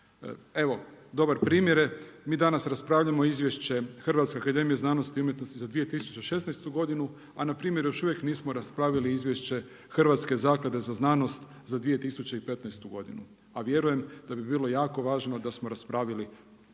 Evo dobar primjer je, mi danas raspravljamo Izvješće o Hrvatskoj akademiji za znanost i umjetnost za 2016. godinu a npr. još uvijek nismo raspravili izvješće Hrvatske zaklade za znanost za 2015. godinu a vjerujem da bi bilo jako važno da smo raspravili to izvješće